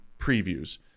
previews